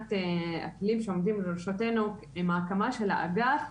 ומבחינת הכלים שעומדים לרשותנו, עם ההקמה של האגף,